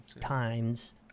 times